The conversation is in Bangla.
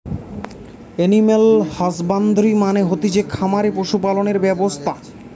এনিম্যাল হসবান্দ্রি মানে হতিছে খামারে পশু পালনের ব্যবসা